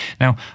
Now